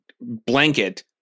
blanket